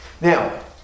Now